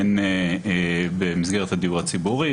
הן במסגרת הדיור הציבורי.